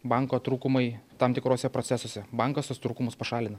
banko trūkumai tam tikruose procesuose bankas tuos trūkumus pašalina